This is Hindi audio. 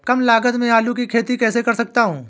कम लागत में आलू की खेती कैसे कर सकता हूँ?